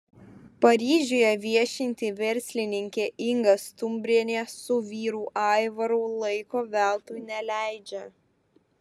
paryžiuje viešinti verslininkė inga stumbrienė su vyru aivaru laiko veltui neleidžia